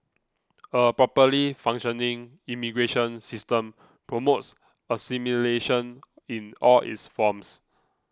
a properly functioning immigration system promotes assimilation in all its forms